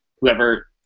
whoever